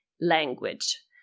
language